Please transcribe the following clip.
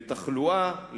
לתחלואה,